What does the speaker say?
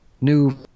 new